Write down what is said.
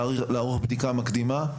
לערוך בדיקה מקדימה,